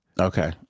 okay